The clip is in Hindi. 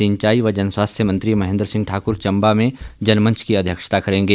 सिंचाई व जनस्वास्थ्य मंत्री महेंद्र सिंह ठाक्र चंबा में जनमंच की अध्यक्षता करेंगे